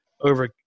over